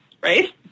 right